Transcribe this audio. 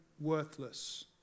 worthless